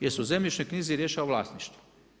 Jer se u zemljišnoj knjizi rješava vlasništvo.